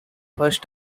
first